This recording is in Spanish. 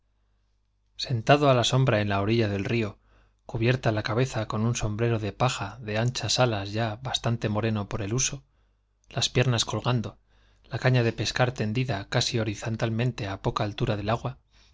sentado á la sombra en la orilla del río cubierta la cabeza con un sombrero de paja de anchas alas ya bastante moren por el uso las piernas colgando la caña de pescar tendida casi horizontalmente á poca altura del agua